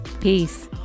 Peace